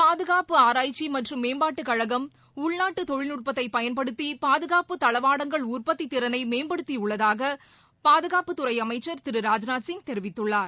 பாதுகாப்பு ஆராய்ச்சி மற்றும் மேம்பாட்டுக்கழகம் உள்நாட்டு தொழில் நுட்பத்தை பயன்படுத்தி பாதுகாப்பு தளவாடங்கள் உற்பத்தி திறனை மேம்படுத்தியுள்ளதாக பாதுகாப்புத்துறை அமைச்சர் திரு ராஜ்நாத்சிங் தெரிவித்துள்ளார்